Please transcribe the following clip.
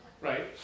right